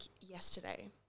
yesterday